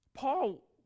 Paul